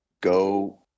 go